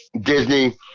Disney